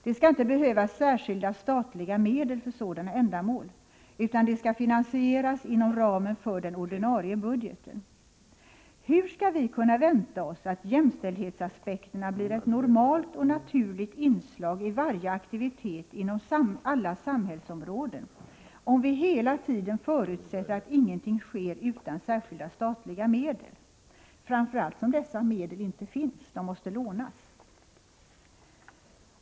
Det skall inte behövas särskilda statliga medel för sådana ändamål, utan de skall finansieras inom ramen för den ordinarie budgeten. Hur skall vi kunna vänta oss att jämställdhetsaspekterna blir ett normalt och naturligt inslag i varje aktivitet inom alla samhällsområden, om vi hela tiden förutsätter att ingenting sker utan särskilda statliga medel, framför allt som dessa medel inte finns? De måste lånas.